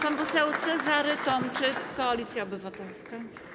Pan poseł Cezary Tomczyk, Koalicja Obywatelska.